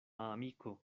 amiko